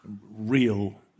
Real